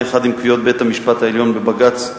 אחד עם קביעות בית-המשפט העליון בבג"ץ 6298/07,